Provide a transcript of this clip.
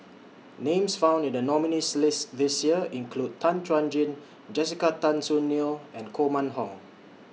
Names found in The nominees' list This Year include Tan Chuan Jin Jessica Tan Soon Neo and Koh Mun Hong